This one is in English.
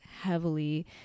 heavily